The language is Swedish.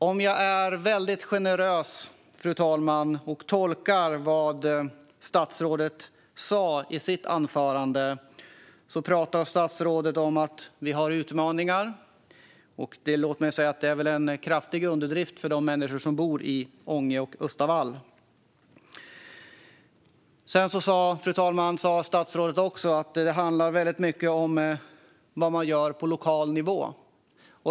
Om jag är väldigt generös, fru talman, och tolkar vad statsrådet sa i sitt anförande menade hon att vi har utmaningar. Låt mig säga att för de människor som bor i Ånge och Östavall är det en kraftig underdrift. Fru talman! Statsrådet sa också att det till stor del handlar om vad man gör på lokal nivå.